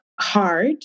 hard